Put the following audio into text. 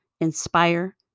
inspire